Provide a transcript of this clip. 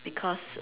because